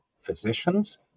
physicians